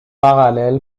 parallèle